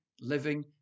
living